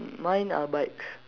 mine are bikes